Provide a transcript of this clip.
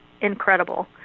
incredible